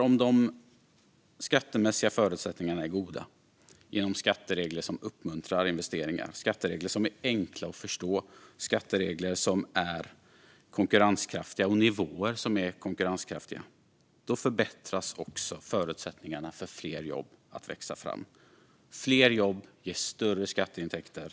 Om de skattemässiga förutsättningarna är goda, genom skatteregler som uppmuntrar investeringar, skatteregler som är enkla att förstå samt skatteregler och skattenivåer som är konkurrenskraftiga, förbättras också förutsättningarna för att fler jobb ska växa fram. Fler jobb ger större skatteintäkter.